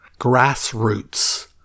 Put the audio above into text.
Grassroots